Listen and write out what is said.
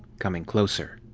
coming closer.